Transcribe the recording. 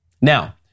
Now